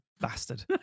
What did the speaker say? bastard